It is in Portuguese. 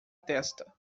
testa